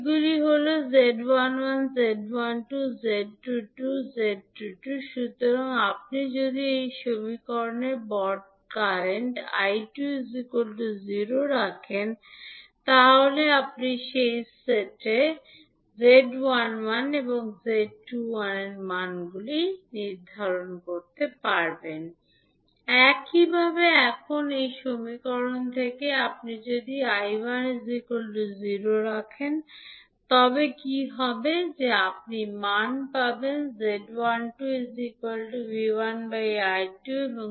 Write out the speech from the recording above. সেগুলি হল 𝐳11 𝐳12 𝐳𝟐𝟐 𝐳𝟐𝟐 𝐳𝟐𝟐 সুতরাং আপনি যদি এই সমীকরণে প্রথম বর্তমান 𝐈2 0 রাখেন তাই যদি আপনি সেট 𝐈 0 আপনি পাবেন একইভাবে এখন এই সমীকরণে আপনি যদি 𝐈1 0 রাখেন তবে কি হবে যে আপনি মান পাবেন এর এবং